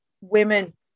women